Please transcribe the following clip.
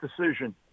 decision